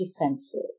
defensive